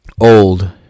old